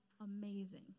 amazing